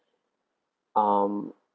um